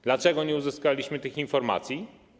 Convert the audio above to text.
Dlaczego nie uzyskaliśmy tych informacji?